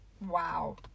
Wow